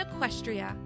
Equestria